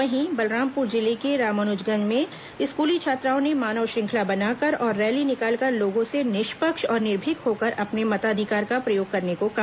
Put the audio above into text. वहीं बलरामपुर जिले के रामानुजगंज में स्कूली छात्राओं ने मानव श्रृंखला बनाकर और रैली निकालकर लोगों से निष्पक्ष और निर्भीक होकर अपने मताधिकार का प्रयोग करने को कहा